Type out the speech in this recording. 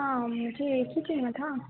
हाँ मुझे एक ही चाहिए था